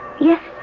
Yes